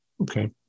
Okay